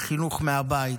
בחינוך מהבית.